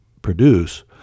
produce